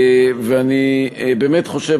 אני באמת חושב,